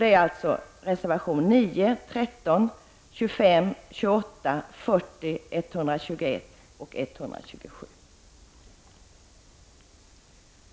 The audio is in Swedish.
Det gäller reservationerna 9, 13, 25, 28, 40, 121 och 127, som jag har yrkat bifall till.